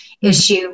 issue